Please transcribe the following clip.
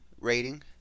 rating